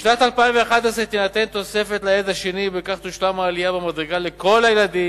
בשנת 2010 תינתן תוספת לילד השני ובכך תושלם העלייה במדרגה לכל הילדים,